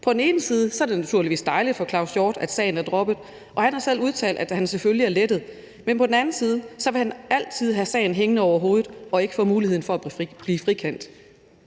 På den ene side er det naturligvis dejligt for Claus Hjort Frederiksen, at sagen er droppet – han har selv udtalt, at han selvfølgelig er lettet – men på den anden side vil han altid have sagen hængende over hovedet og ikke få muligheden for at blive frikendt.